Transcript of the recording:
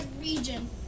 region